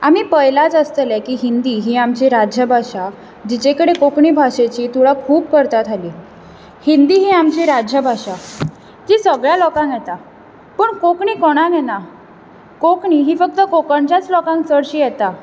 आमी पळयलाच आसतलें की हिंदी ही आमची राज्य भाशा जीचे कडेन कोंकणी भाशेची तुळा खुप करतात हाली हिंदी ही आमची राज्य भाशा ती सगळ्या लोकांक येता पुण कोंकणी कोणाक येना कोंकणी ही फक्त कोंकणच्याच लोकांक चडशी येता